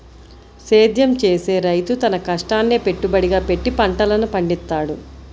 సేద్యం చేసే రైతు తన కష్టాన్నే పెట్టుబడిగా పెట్టి పంటలను పండిత్తాడు